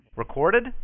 Recorded